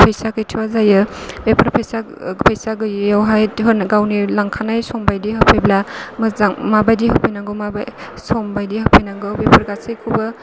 फैसा गैथ'आ जायो बेफोर फैसा फैसा गैयियावहाय गावनि लांखानाय सम बायदि होफैब्ला मोजां माबायदि होफैनांगौ माबायदि सम बायदि होफैनांगौ बेफोर गासैखौबो